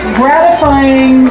gratifying